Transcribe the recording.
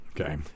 Okay